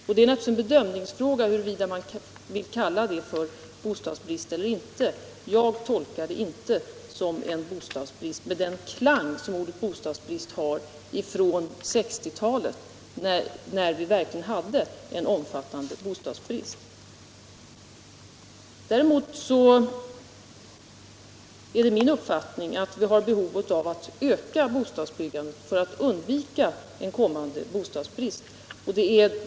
Och då är det ju en bedömningsfråga, om man vill kalla det för bostadsbrist eller inte. Jag tolkar det inte som en bostadsbrist — med den klang som ordet har från 1960-talet. Då hade vi verkligen en omfattande bostadsbrist. Däremot är det min uppfattning att vi har behov av ett ökat bostadsbyggande för att undvika en kommande bristsituation.